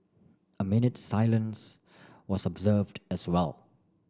a minute's silence was observed as well